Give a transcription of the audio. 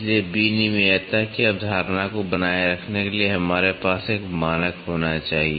इसलिए विनिमेयता की अवधारणा को बनाए रखने के लिए हमारे पास एक मानक होना चाहिए